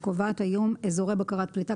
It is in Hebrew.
היא קובעת היום אזורי בקרת פליטה,